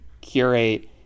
curate